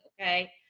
okay